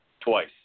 Twice